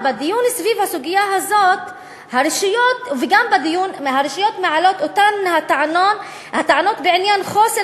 ובדיון סביב הסוגיה הזאת הרשויות מעלות את אותן הטענות בעניין חוסר